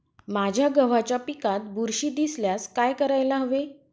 माझ्या गव्हाच्या पिकात बुरशी दिसल्यास काय करायला हवे?